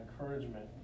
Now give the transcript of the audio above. encouragement